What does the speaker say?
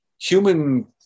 human